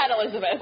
Elizabeth